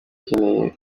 ikeneye